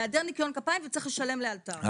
בהיעדר ניקיון כפיים וצריך לשלם לאלתר.